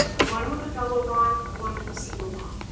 one with a double bond, one single bond.